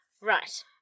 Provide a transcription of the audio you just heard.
Right